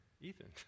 Ethan